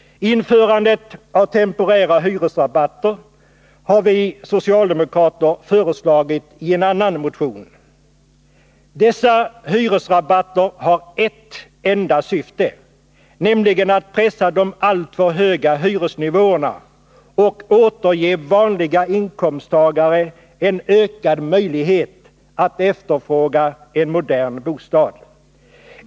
Införandet av temporära hyresrabatter har vi socialdemokrater föreslagit i en annan motion. Dessa hyresrabatter har ett enda syfte, nämligen att pressa de alltför höga hyresnivåerna och ge vanliga inkomsttagare ökad möjlighet att efterfråga en modern bostad.